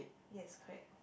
yes correct